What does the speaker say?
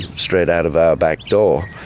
straight out of our back door,